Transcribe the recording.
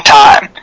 time